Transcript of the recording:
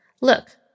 Look